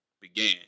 Began